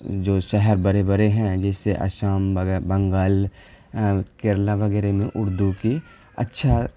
جو شہر بڑے بڑے ہیں جیسے آسام وغیرہ بنگال کیرلا وغیرہ میں اردو کی اچھا